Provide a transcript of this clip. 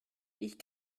ich